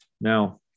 Now